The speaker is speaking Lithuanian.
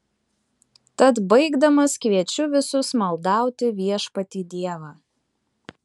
tad baigdamas kviečiu visus maldauti viešpatį dievą